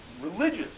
religious